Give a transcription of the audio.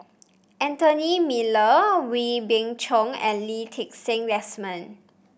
Anthony Miller Wee Beng Chong and Lee Ti Seng Desmond